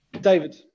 David